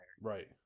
Right